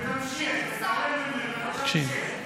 תתעלם ממנה ותמשיך.